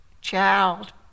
child